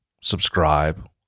subscribe